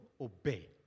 obey